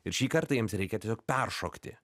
ir šį kartą jiems reikia tiesiog peršokti